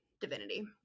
divinity